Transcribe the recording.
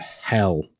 hell